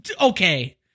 Okay